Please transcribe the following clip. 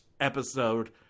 episode